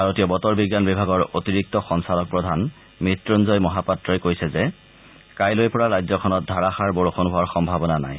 ভাৰতীয় বতৰ বিজ্ঞান বিভাগৰ অতিৰিক্ত সঞ্চালকপ্ৰধান মত্যুঞ্জয় মহাপাত্ৰই কৈছে যে কাইলৈৰ পৰা ৰাজ্যখনত ধাৰাসাৰ বৰষুণ হোৱাৰ সম্ভাৱনা নাই